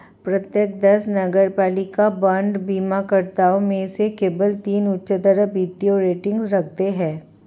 प्रत्येक दस नगरपालिका बांड बीमाकर्ताओं में से केवल तीन उच्चतर वित्तीय रेटिंग रखते हैं